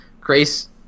Grace